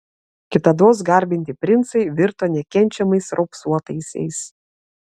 kitados garbinti princai virto nekenčiamais raupsuotaisiais